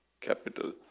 capital